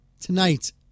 tonight